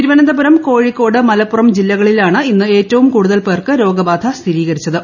തിരുവനന്തപുരം കോഴിക്കോട് മലപ്പുറം ജില്ലകളിലാണ് ഇന്ന് കൂടുതൽ പേർക്ക് രോഗബാധ സ്ഥിരീകരിച്ചത്